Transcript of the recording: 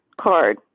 card